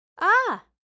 Ah